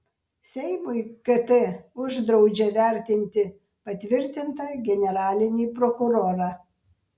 seimui kt uždraudžia vertinti patvirtintą generalinį prokurorą